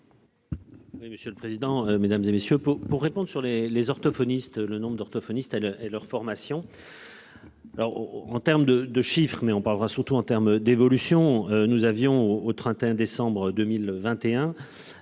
monsieur le président, Mesdames, et messieurs pour pour répondre sur les les orthophonistes. Le nombre d'orthophonistes elle est leur formation. Alors en terme de, de chiffres mais on parlera surtout en termes d'évolution, nous avions au au 31 décembre 2021.